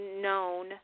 known